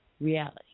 reality